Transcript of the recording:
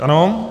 Ano.